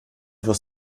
wirst